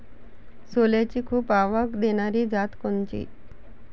सोल्याची खूप आवक देनारी जात कोनची?